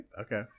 okay